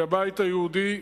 מהבית היהודי,